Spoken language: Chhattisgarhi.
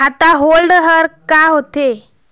खाता होल्ड हर का होथे?